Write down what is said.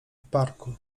parku